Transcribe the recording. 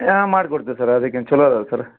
ಯಾ ಮಾಡ್ಕೊಡ್ತೇವೆ ಸರ್ ಅದಕ್ಕೇನು ಚಲೋ ಅದವೆ ಸರ